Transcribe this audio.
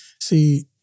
see